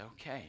okay